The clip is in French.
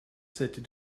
sept